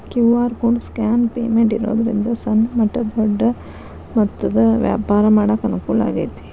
QR code scan payment ಇರೋದ್ರಿಂದ ಸಣ್ಣ ಮಟ್ಟ ದೊಡ್ಡ ಮೊತ್ತದ ವ್ಯಾಪಾರ ಮಾಡಾಕ ಅನುಕೂಲ ಆಗೈತಿ